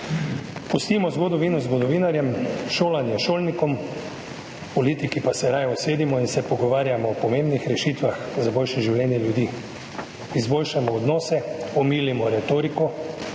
Pustimo zgodovino zgodovinarjem, šolanje šolnikom, politiki pa se raje usedimo in se pogovarjajmo o pomembnih rešitvah za boljše življenje ljudi. Izboljšajmo odnose, omilimo retoriko